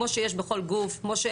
כמו שיש בכל גוף, כמו,